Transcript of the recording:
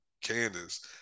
Candace